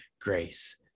grace